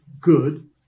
good